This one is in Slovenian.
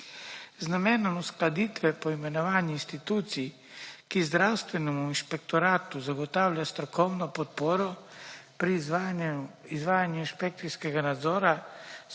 Z namenom uskladitve poimenovanja institucij, ki zdravstvenemu inšpektoratu zagotavlja strokovno podporo pri izvajanju inšpekcijskega nadzora,